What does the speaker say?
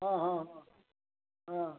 हाँ हाँ हाँ हाँ